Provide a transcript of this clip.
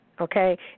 Okay